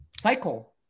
cycle